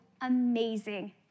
amazing